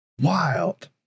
Wild